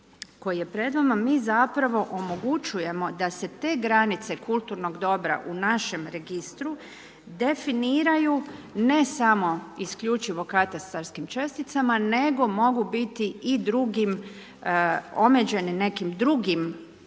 koji je pred vama mi zapravo omogućujemo da se te granice kulturnog dobra u našem registru definiraju ne samo isključivo katastarskim česticama, nego mogu biti i drugim, omeđene nekim drugim